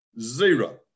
zero